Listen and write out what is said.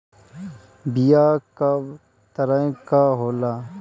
बीया कव तरह क होला?